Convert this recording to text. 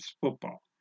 football